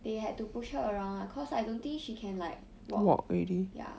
they had to push up around lah cause I don't think she can like walk ya